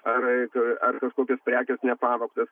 ar ar kažkokios prekės nepavogtos